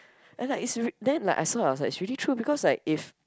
and like it's rea~ then like I saw I was like it's really true because like if